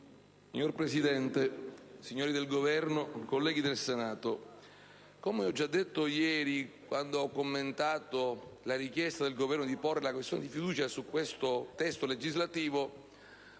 Signora Presidente, signori del Governo, colleghi del Senato, come ho già detto ieri, quando ho commentato la richiesta del Governo di porre la questione di fiducia su questo testo legislativo,